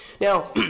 Now